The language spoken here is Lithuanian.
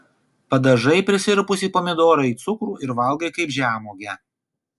padažai prisirpusį pomidorą į cukrų ir valgai kaip žemuogę